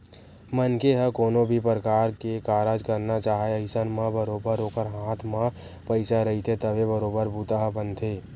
मनखे ह कोनो भी परकार के कारज करना चाहय अइसन म बरोबर ओखर हाथ म पइसा रहिथे तभे बरोबर बूता ह बनथे